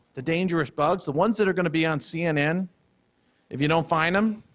the dangerous bugs, the ones that are going to be on cnn if you don't find them,